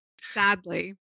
Sadly